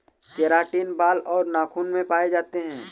keratin बाल और नाखून में पाए जाते हैं